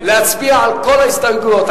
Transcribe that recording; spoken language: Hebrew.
להצביע על כל ההסתייגויות.